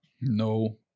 No